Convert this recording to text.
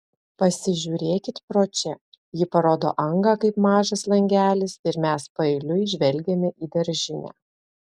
pasižiūrėkit pro čia ji parodo angą kaip mažas langelis ir mes paeiliui žvelgiame į daržinę